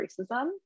racism